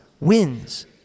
wins